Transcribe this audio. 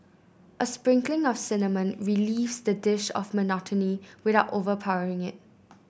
a sprinkling of cinnamon relieves the dish of monotony without overpowering it